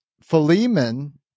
Philemon